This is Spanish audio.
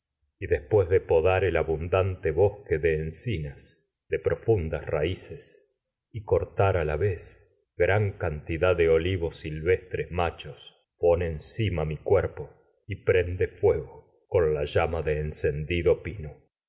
y después de podar el abundante y bosque de encinas de profundas raíces gran mi cortar a la pon vez cantidad de y olivos silvestres machos llama encima cuerpo prende no fuego con la de encendido pino